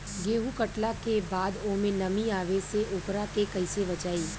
गेंहू कटला के बाद ओमे नमी आवे से ओकरा के कैसे बचाई?